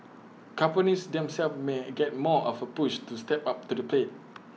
companies themselves may get more of A push to step up to the plate